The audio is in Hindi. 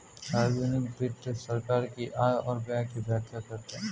सार्वजिक वित्त सरकार की आय और व्यय की व्याख्या करता है